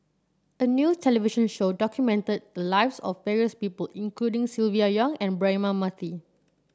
a new television show documented the lives of various people including Silvia Yong and Braema Mathi